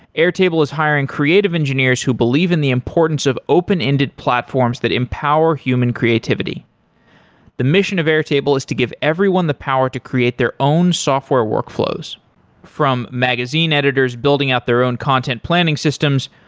airtable is hiring creative engineers who believe in the importance of open-ended platforms that empower human creativity the mission of airtable is to give everyone the power to create their own software workflows from magazine editors building out their own content planning systems,